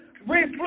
reflect